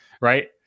Right